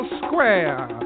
square